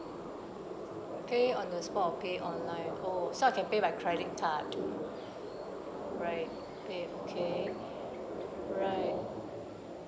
pay on the spot or pay online oh so I can pay by credit card right okay okay alright